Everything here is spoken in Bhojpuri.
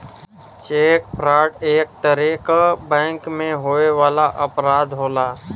चेक फ्रॉड एक तरे क बैंक में होए वाला अपराध होला